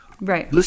Right